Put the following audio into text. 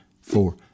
four